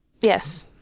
Yes